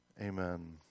Amen